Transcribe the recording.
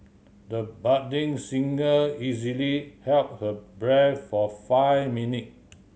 the budding singer easily held her breath for five minute